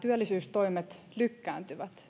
työllisyystoimet lykkääntyvät